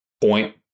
point